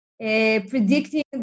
predicting